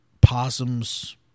possums